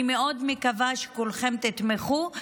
אני מאוד מקווה שכולכם תתמכו,